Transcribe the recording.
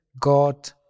God